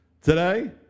Today